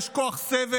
יש כוח סבל,